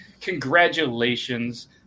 Congratulations